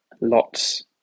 lots